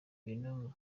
bintu